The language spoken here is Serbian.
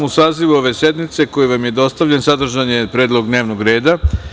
Uz saziv ove sednice, koji vam je dostavljen, sadržan je predlog dnevnog reda.